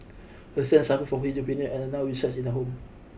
her son suffer from schizophrenia and now resides in the home